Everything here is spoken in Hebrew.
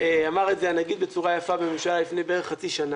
אמר את זה הנגיד בצורה יפה בממשלה בערך לפני חצי שנה.